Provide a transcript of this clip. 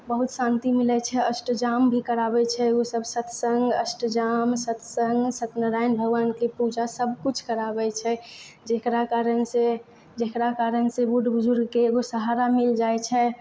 बहुत शान्ति मिलैत छै अष्टजाम भी कराबैत छै ओ सब सत्सङ्ग अष्टजाम सत्सङ्ग सत्यनारायण भगवानके पूजा सबकिछु कराबैत छै जेकरा कारणसँ जेकरा कारणसँ बूढ़ बुजुर्गके एकगो सहारा मिल जाइत छै